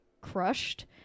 crushed